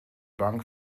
bank